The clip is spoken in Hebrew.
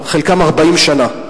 חלקם כבר 40 שנה.